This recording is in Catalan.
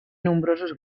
nombrosos